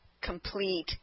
complete